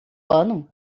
ano